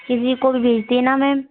किसी को भी भेज देना मेम